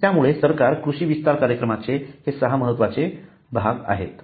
त्यामुळे सरकारी कृषी विस्तार कार्यक्रमाचे हे सहा महत्त्वाचे भाग आहेत